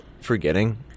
forgetting